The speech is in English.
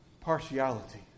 partiality